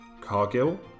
Cargill